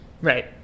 right